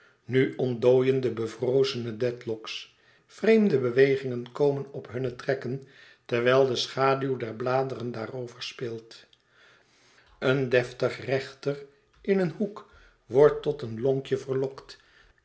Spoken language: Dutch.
nu ontdooien de bevrozene dedlock's vreemde bewegingen komen op hunne trekken terwijl de schaduw der bladeren daarover speelt een deftige rechter in een hoek wordt tot een lonkje verlokt